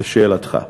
לשאלתך: